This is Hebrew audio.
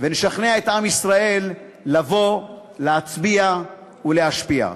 ונשכנע את עם ישראל לבוא, להצביע ולהשפיע.